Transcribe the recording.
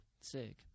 sick